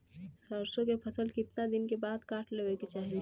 सरसो के फसल कितना दिन के बाद काट लेवे के चाही?